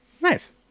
Nice